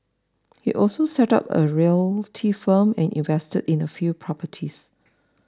he also set up a realty firm and invested in a few properties